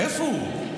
איפה הוא?